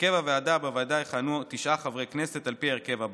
הרכב הוועדה: בוועדה יכהנו תשעה חברי כנסת על פי ההרכב הבא: